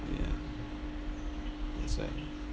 ya that's right